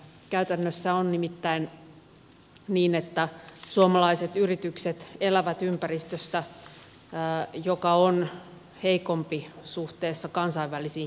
käytännössä on nimittäin niin että suomalaiset yritykset elävät ympäristössä joka on heikompi suhteessa kansainvälisiin kilpailijoihin